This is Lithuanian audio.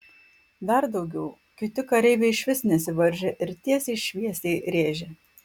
dar daugiau kiti kareiviai išvis nesivaržė ir tiesiai šviesiai rėžė